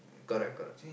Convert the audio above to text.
correct correct